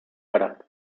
para